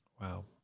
Wow